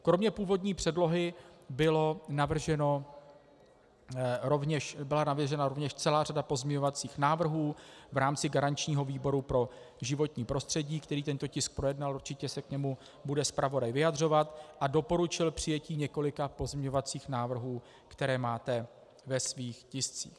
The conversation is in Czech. Kromě původní předlohy byla navržena rovněž celá řada pozměňovacích návrhů v rámci garančního výboru pro životní prostředí, který tento tisk projednal, určitě se k němu bude zpravodaj vyjadřovat, a doporučil přijetí několika pozměňovacích návrhů, které máte ve svých tiscích.